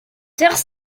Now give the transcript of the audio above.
terre